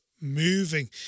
moving